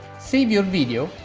save your video,